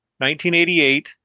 1988